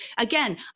again